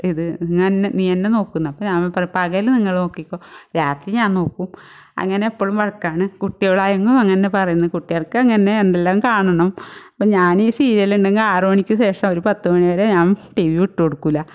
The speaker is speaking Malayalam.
ഇത് ഇന്നുതന്നെ നീതന്നെ നോക്കുവെന്ന് അപ്പം ഞാൻ പറയും പകൽ നിങ്ങൾ നോക്കിക്കോ രാത്രി ഞാൻ നോക്കും അങ്ങനെ എപ്പോഴും വഴക്കാണ് കുട്ടികളായെങ്കിലും അങ്ങനെ പറയുന്നത് കുട്ടികൾക്ക് അങ്ങനെ എന്തെല്ലാം കാണണം അപ്പം ഞാൻ ഈ സീരിയലുണ്ടെങ്കിൽ ആറ് മണിക്ക് ശേഷം ഒരു പത്ത് മണി വരെ ഞാൻ ടി വി വിട്ട് കൊടുക്കൂല്ല